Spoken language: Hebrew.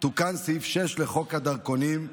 תוקן סעיף 6 לחוק הדרכונים,